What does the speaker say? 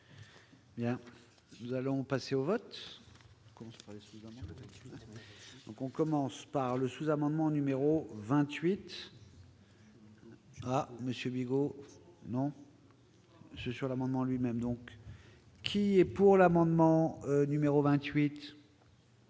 Nous allons passer au vote, donc on commence par le sous-amendement numéro 28 à monsieur Bigot non je sur l'amendement lui-même, donc, qui, pour l'amendement numéro 28.